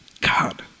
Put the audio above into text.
God